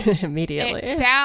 Immediately